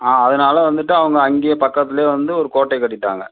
ஆ அதனால வந்துவிட்டு அவங்க அங்கேயே பக்கத்திலையே வந்து ஒரு கோட்டையை கட்டிவிட்டாங்க